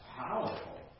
powerful